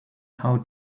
how